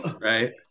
right